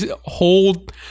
hold